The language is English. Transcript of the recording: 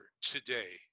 today